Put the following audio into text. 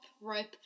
rope